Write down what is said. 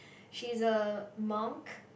she is a monk